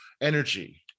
energy